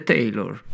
Taylor